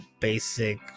basic